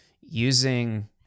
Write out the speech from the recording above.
using